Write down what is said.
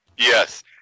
Yes